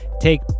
take